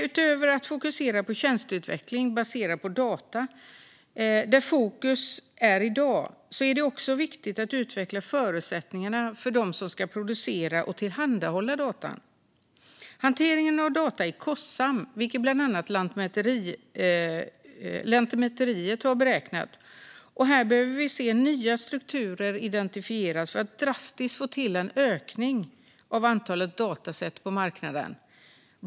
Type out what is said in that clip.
Utöver att titta på tjänsteutvecklingen baserad på data, där fokus ligger i dag, är det viktigt att utveckla förutsättningarna för dem som ska producera och tillhandahålla data. Hanteringen av data är kostsam, vilket bland annat Lantmäteriet har räknat på. Här behöver vi identifiera nya strukturer för att få till en drastisk ökning av antalet dataset på marknaden.